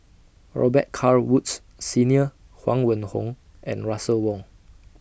Robet Carr Woods Senior Huang Wenhong and Russel Wong